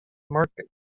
marc